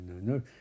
no